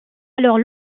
alors